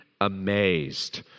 amazed